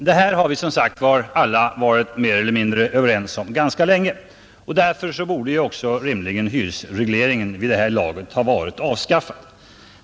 Det har som sagt alla varit mer eller mindre överens om ganska länge, och därför borde också hyresregleringen rimligen vid det här laget ha varit avskaffad.